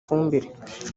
ifumbire